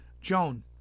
Joan